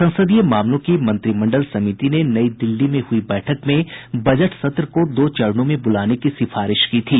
संसदीय मामलों की मंत्रिमंडल समिति ने नई दिल्ली में हुई बैठक में बजट सत्र को दो चरणों में बुलाने की सिफारिश की थी